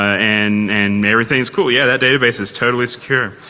and and everything is cool. yeah, that database is totally secure.